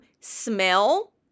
smell